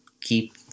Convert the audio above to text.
keep